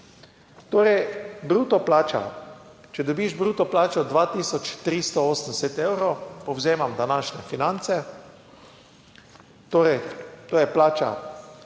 Torej bruto plača, če dobiš bruto plačo 2380 evrov - povzemam današnje Finance -, torej, to je plača